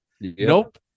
Nope